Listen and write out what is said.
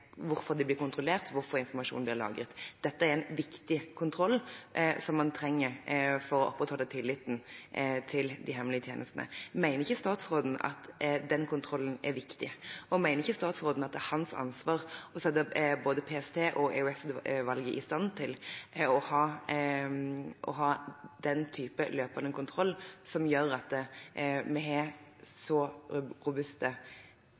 hvorfor de blir kontrollert, hvorfor informasjonen blir lagret. Dette er en viktig kontroll, som man trenger for å opprettholde tilliten til de hemmelige tjenestene. Mener ikke statsråden at den kontrollen er viktig? Og mener ikke statsråden at det er hans ansvar å sette både PST og EOS-utvalget i stand til å ha den type løpende kontroll, som gjør at vi har så robuste